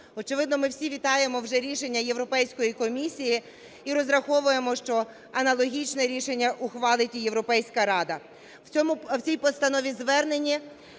Очевидно, ми всі вітаємо вже рішення Європейської комісії і розраховуємо, що аналогічне рішення ухвалить і Європейська Рада. В цій постанові-зверненні